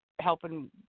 helping